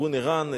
ארגון ער"ן,